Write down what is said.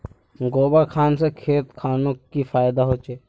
गोबर खान से खेत खानोक की फायदा होछै?